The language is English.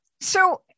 so-